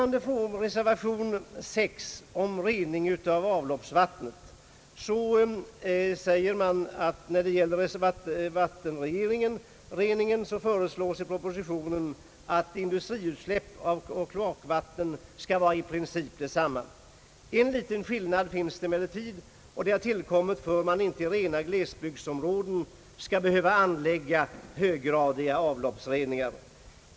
När det gäller vattenreningen föreslås i propositionen att industriutsläpp och kloakvatten skall vara i princip detsamma. En liten skillnad finns emellertid, och den har tillkommit för att man inte i rena glesbygdsområden skall behöva anlägga höggradiga avloppsreningsanläggningar.